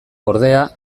ordea